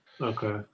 okay